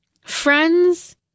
Friends